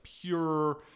pure